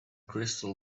crystal